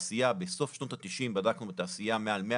בסוף שנות ה-90 בדקנו בתעשייה מעל 100